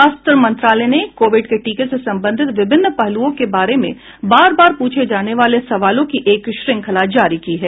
स्वास्थ्य मंत्रालय ने कोविड के टीके से संबंधित विभिन्न पहलूओं के बारे में बार बार पूछे जाने वाले सवालों की एक श्रृंखला जारी की है